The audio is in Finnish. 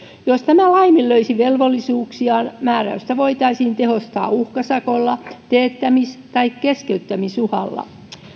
jos tämä laiminlöisi velvollisuuksiaan määräystä voitaisiin tehostaa uhkasakolla teettämis tai keskeyttämisuhalla